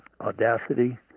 Audacity